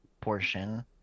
portion